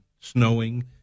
snowing